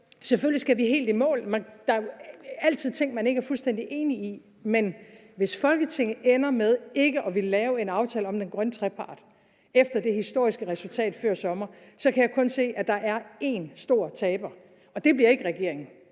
selvfølgelig skal vi helt i mål. Der er altid ting, man ikke er fuldstændig enige om. Men hvis Folketinget ender med ikke at ville lave en aftale om den grønne trepart efter det historiske resultat før sommeren, så kan jeg kun se, at der er én store taber, og det bliver ikke regeringen.